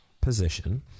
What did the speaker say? position